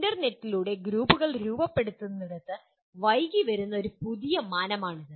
ഇൻറർനെറ്റിലൂടെ ഗ്രൂപ്പുകൾ രൂപപ്പെടുന്നിടത്ത് വൈകി വരുന്ന ഒരു പുതിയ മാനമാണിത്